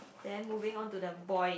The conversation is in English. then moving on to the boy